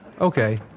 okay